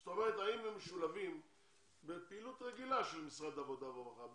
זאת אומרת האם הם משולבים בפעילות רגילה של משרד העבודה והרווחה,